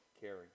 carry